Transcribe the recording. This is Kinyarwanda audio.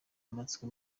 amatsiko